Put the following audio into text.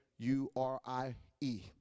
U-R-I-E